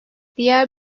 diğer